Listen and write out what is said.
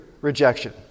rejection